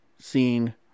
scene